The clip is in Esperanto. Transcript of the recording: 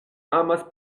amas